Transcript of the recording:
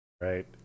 Right